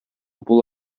бул